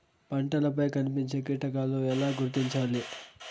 పంటలపై కనిపించే కీటకాలు ఎలా గుర్తించాలి?